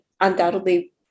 undoubtedly